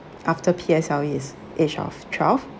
after P_S_L_E is age of twelve